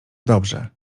dobrze